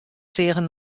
seagen